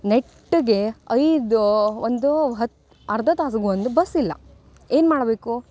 ನೆಟ್ಟಗೆ ಐದು ಒಂದು ಹತ್ತು ಅರ್ಧ ತಾಸಿಗೂ ಒಂದು ಬಸ್ ಇಲ್ಲ ಏನು ಮಾಡಬೇಕು